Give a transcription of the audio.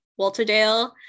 Walterdale